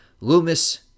Loomis